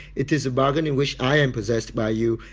it is a bargain in which i am possessed by you.